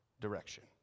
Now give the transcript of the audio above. direction